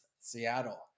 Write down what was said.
Seattle